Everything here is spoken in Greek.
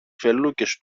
φελούκες